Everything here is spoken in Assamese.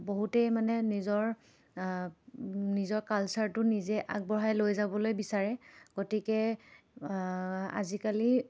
বহুতেই মানে নিজৰ নিজৰ কালচাৰটো নিজে আগবঢ়াই লৈ যাবলৈ বিচাৰে গতিকে আজিকালি